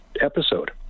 episode